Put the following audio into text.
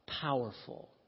powerful